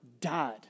died